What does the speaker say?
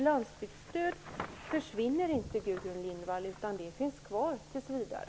Landsbygdsstödet försvinner alltså inte, Gudrun Lindvall, utan det finns kvar tills vidare.